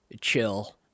chill